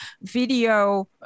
video